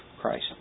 Christ